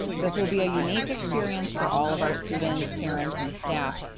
this will be a unique experience for all of our students, parents, and staff,